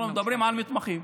אנחנו מדברים על מתמחים.